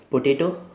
potato